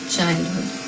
childhood